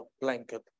blanket